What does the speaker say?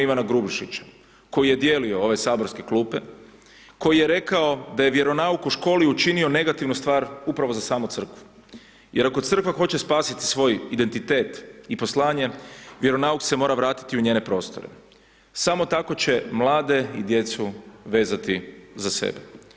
Ivana Grubišića koji je dijelio ove saborske klupe, koji je rekao da je vjeronauk u školi učinio negativnu stvar upravo za samu crkvu jer ako crkva hoće spasiti svoj identitet i poslanje, vjeronauk se mora vratiti u njene prostore, samo tako će mlade i djecu vezati za sebe.